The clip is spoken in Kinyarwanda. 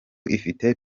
ifite